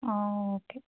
ಹಾಂ ಓಕೆ